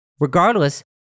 Regardless